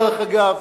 דרך אגב,